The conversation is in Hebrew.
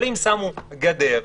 אבל אם שמו גדר,